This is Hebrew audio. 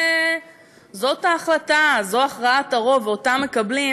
זו ההחלטה, זו הכרעת הרוב ואותה מקבלים,